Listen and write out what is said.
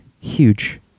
huge